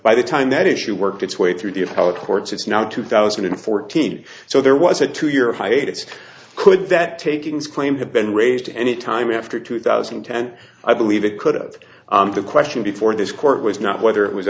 by the time that issue worked its way through the appellate courts it's now two thousand and fourteen so there was a two year hiatus could that takings claim have been raised any time after two thousand and ten i believe it could of the question before this court was not whether it was